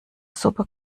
super